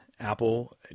Apple